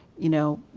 you know,